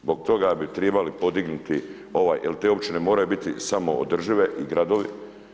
Zbog toga bi tribali podignuti ovaj, jer te općine moraju biti samoodržive i gradovi.